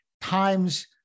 times